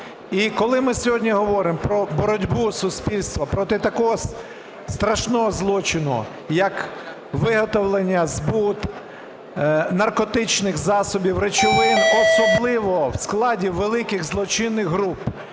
І коли ми сьогодні говоримо про боротьбу суспільства проти такого страшного злочину, як виготовлення, збут наркотичних засобів, речовин, особливо в складі великих злочинних груп